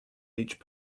each